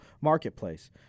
marketplace